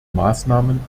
maßnahmen